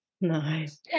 Nice